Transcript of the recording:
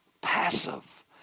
passive